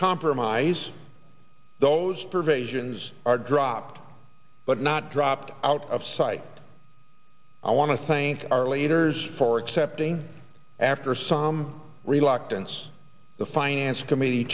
compromise those provisions are dropped but not dropped out of sight i want to thank our leaders for accepting after some reluctance the finance committee